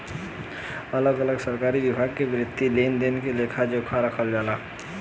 अलग अलग सरकारी विभाग में वित्तीय लेन देन के लेखा जोखा रखल जाला